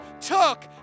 took